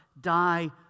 die